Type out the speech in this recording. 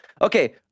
Okay